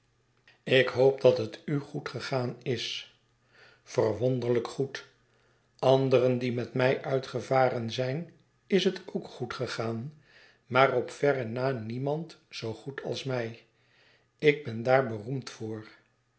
ik hoop dat het u goed gegaan is verwonderlijk goed anderen die met mij uitgevaren zijn is het ook goed gegaan maar op verre na niemand zoo goed als mij ik ben daar beroemd voor